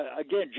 Again